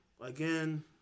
Again